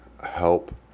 help